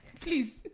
Please